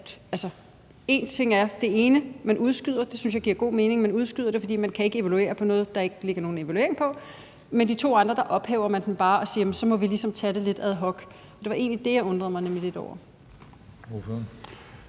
revisionsbestemmelsen, og jeg synes, det giver god mening, at man udskyder den, for man kan ikke evaluere på noget, der ikke ligger nogen evaluering på. Men i de to andre ophæver man den bare og siger: Jamen så må vi ligesom tage det lidt ad hoc. Det var egentlig det, jeg undrede mig lidt over.